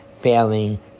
failing